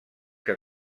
que